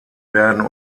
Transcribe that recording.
werden